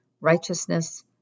righteousness